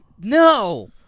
No